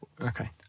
Okay